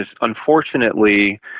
unfortunately